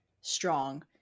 strong